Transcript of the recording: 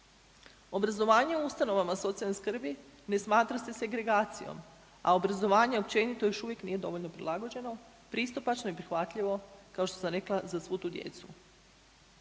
Obrazovanje u ustanovama socijalne skrbi ne smatra se segregacijom, a obrazovanje općenito još uvijek nije dovoljno prilagođeno, pristupačno i prihvatljivo kao što sam rekla za svu tu djecu.